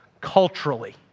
culturally